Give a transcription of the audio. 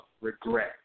regret